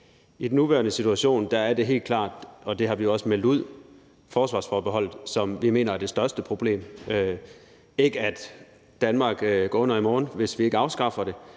i den nuværende situation er det helt klart – og det har vi også meldt ud – forsvarsforbeholdet, som vi mener er det største problem. Det er ikke sådan, at Danmark går under i morgen, hvis vi ikke afskaffer det,